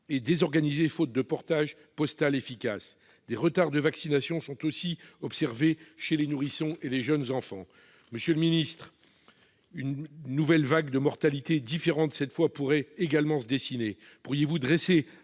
désorganisé faute de portage postal efficace. Des retards de vaccination sont aussi observés chez les nourrissons et les jeunes enfants. Monsieur le ministre, une nouvelle vague de mortalité, différente, pourrait se dessiner. Pourriez-vous dresser